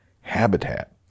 habitat